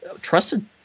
trusted